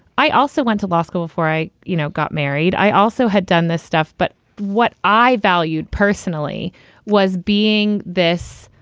i also went to law school before i, you know, got married. i also had done this stuff, but what i valued personally was being this.